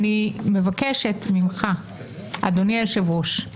אני מבקשת ממך, אדוני היושב-ראש,